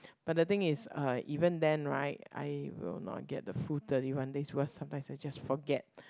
but the thing is uh even then right I will not get the full thirty one days worse sometimes I just forget